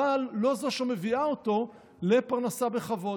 אבל היא לא זו שמביאה אותו לפרנסה בכבוד.